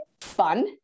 fun